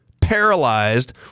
paralyzed